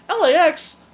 LAX